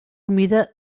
humida